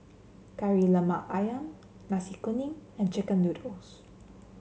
Kari Lemak ayam Nasi Kuning and chicken noodles